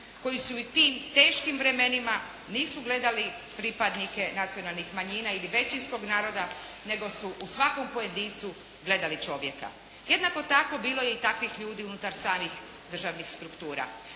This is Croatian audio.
koji su i u tim teškim vremenima nisu gledali pripadnike nacionalnih manjina ili većinskog naroda nego su u svakom pojedincu gledali čovjeka. Jednako tako bilo je i takvih ljudi unutar samih državnih struktura.